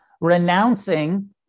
renouncing